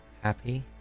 Happy